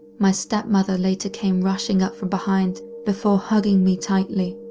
my step-mother later came rushing up from behind before hugging me tightly.